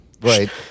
Right